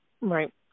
Right